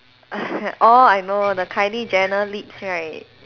orh I know the Kylie Jenner lips right